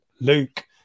Luke